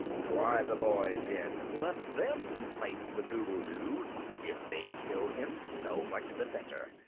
drive the boys in let them fight the doodledoo if they kill him so much the better,